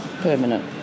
permanent